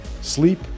sleep